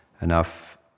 enough